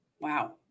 wow